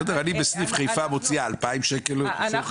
אני בסניף חיפה מוציאה 2,000 שקל לצורך